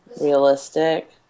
realistic